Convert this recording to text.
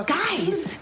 guys